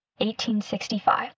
1865